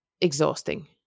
exhausting